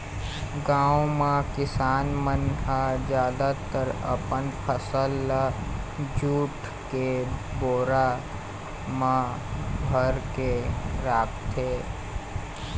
गाँव म किसान मन ह जादातर अपन फसल ल जूट के बोरा म भरके राखथे